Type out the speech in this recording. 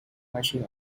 marching